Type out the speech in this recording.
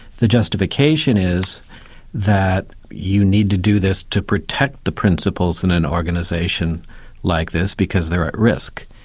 the justification is that you need to do this to protect the principles in an organisation like this, because they're at risk.